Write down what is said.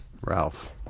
Ralph